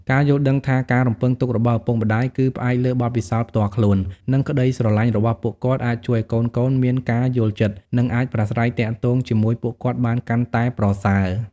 ការយល់ដឹងថាការរំពឹងទុករបស់ឪពុកម្ដាយគឺផ្អែកលើបទពិសោធន៍ផ្ទាល់ខ្លួន និងក្តីស្រលាញ់របស់ពួកគាត់ អាចជួយឲ្យកូនៗមានការយល់ចិត្ត និងអាចប្រាស្រ័យទាក់ទងជាមួយពួកគាត់បានកាន់តែប្រសើរ។